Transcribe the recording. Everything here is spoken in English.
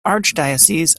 archdiocese